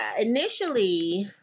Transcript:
initially